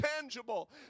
tangible